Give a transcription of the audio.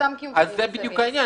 --- זה בדיוק העניין.